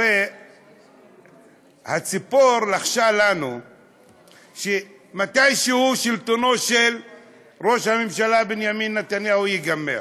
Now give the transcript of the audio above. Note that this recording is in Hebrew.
הרי הציפור לחשה לנו שמתישהו שלטונו של ראש הממשלה בנימין נתניהו ייגמר,